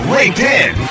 LinkedIn